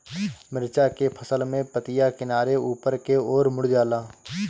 मिरचा के फसल में पतिया किनारे ऊपर के ओर मुड़ जाला?